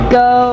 go